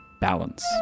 balance